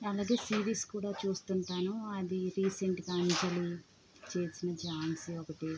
series కూడా చూస్తుంటాను అది రేసెంటుగా చేసిన ఝాన్సీ ఒకటి